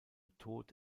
tod